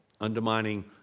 undermining